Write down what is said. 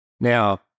Now